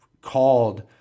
Called